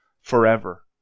forever